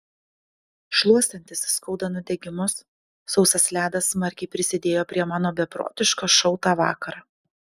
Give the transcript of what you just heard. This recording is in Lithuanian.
šluostantis skauda nudegimus sausas ledas smarkiai prisidėjo prie mano beprotiško šou tą vakarą